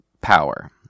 power